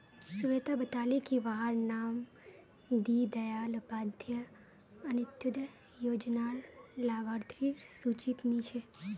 स्वेता बताले की वहार नाम दीं दयाल उपाध्याय अन्तोदय योज्नार लाभार्तिर सूचित नी छे